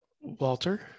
Walter